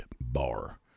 bar